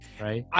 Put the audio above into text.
right